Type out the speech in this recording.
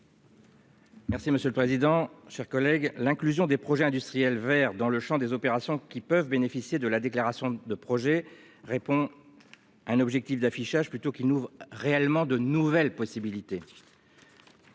Merci monsieur le président. Chers collègues, l'inclusion des projets industriels verts dans le Champ des opérations qui peuvent bénéficier de la déclaration de projet répond. À un objectif d'affichage plutôt qu'il nous réellement de nouvelles possibilités.